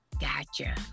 Gotcha